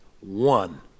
One